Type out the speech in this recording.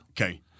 Okay